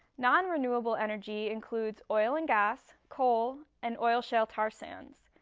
nonrenewable energy includes oil and gas, coal, and oil shale tar sands.